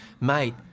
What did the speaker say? mate